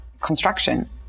construction